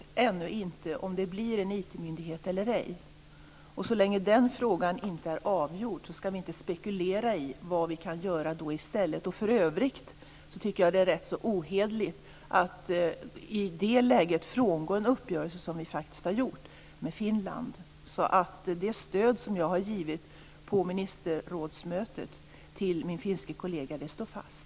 Herr talman! Vi vet ännu inte om det blir en IT myndighet eller ej. Så länge den frågan inte är avgjord ska vi inte spekulera i vad vi kan göra i stället. För övrigt tycker jag att det är rätt ohederlighet att i det läget frångå en uppgörelse som vi faktiskt har gjort med Finland. Det stöd som jag har givit på ministerrådsmötet till min finske kollega står fast.